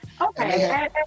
Okay